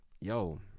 yo